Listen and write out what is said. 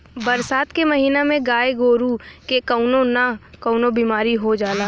बरसात के महिना में गाय गोरु के कउनो न कउनो बिमारी हो जाला